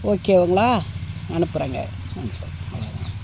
ஓகேங்களா அனுப்புகிறேங்க thanks sir ஆ வெல்க்கம்